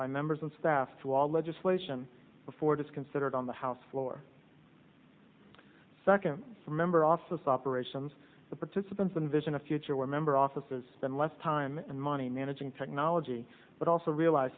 by members and staff to all legislation before just considered on the house floor second from member office operations the participants in vision a future where member offices than less time and money managing technology but also realize